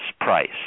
price